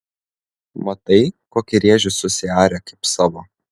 matai kokį rėžį susiarė kaip savo